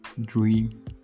Dream